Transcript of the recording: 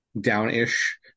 down-ish